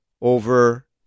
over